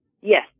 Yes